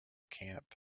camp